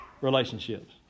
Relationships